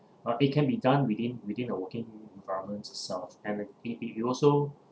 uh it can be done within within a working environments itself and uh it it it also